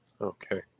Okay